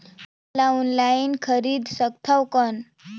बीजा ला ऑनलाइन खरीदे सकथव कौन?